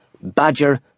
badger